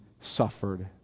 suffered